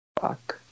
fuck